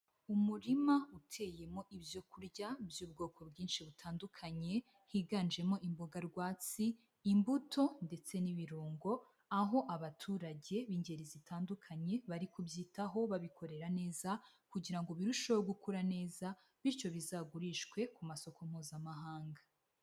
Umurima uteyemo ibyo kurya by'ubwoko bwinshi butandukanye, higanjemo imboga rwatsi, imbuto ndetse n'ibirungo, aho abaturage b'ingeri zitandukanye bari kubyitaho, babikorera neza kugira ngo birusheho gukura neza, bityo bizagurishwe ku masoko Mpuzamahanga.